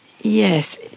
Yes